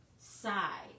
side